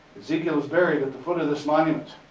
ezekiel is buried at the foot of this monument.